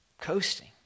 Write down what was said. coasting